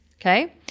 okay